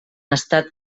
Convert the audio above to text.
estat